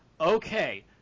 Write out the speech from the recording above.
okay